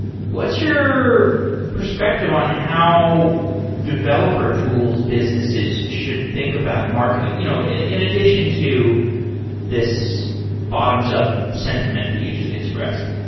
what's your perspective on how developer tools businesses should think about marketing, you know in in addition to this bottoms-up sentiment that you just expressed?